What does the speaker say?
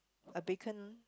a beacon